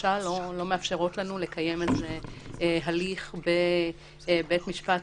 למשל לא מאפשרות לנו לקיים על זה הליך בבית משפט,